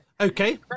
Okay